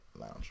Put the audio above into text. lounge